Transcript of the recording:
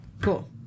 cool